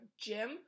gym